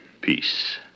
peace